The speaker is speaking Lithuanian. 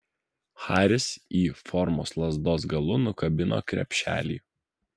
haris y formos lazdos galu nukabino krepšelį